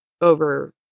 over